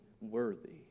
worthy